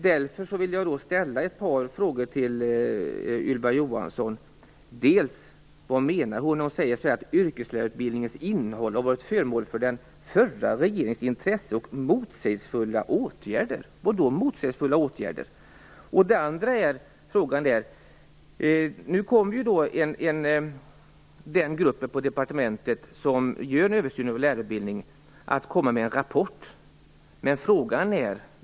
Därför vill jag ställa ett par frågor till Ylva Johansson: Vad menar Ylva Johansson när hon säger att yrkeslärarutbildningens innehåll har varit föremål för den förra regeringens intresse och motsägelsefulla åtgärder? Vad då för motsägelsefulla åtgärder? Den grupp på departementet som gör en översyn av lärarutbildningen kommer nu med en rapport.